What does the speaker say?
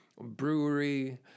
brewery